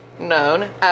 Known